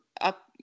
up